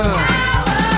Power